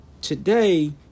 today